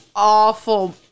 Awful